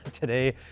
today